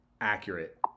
accurate